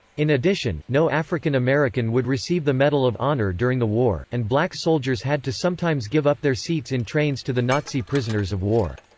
in addition, no african-american would receive the medal of honor during the war, and black soldiers had to sometimes give up their seats in trains to the nazi prisoners of war.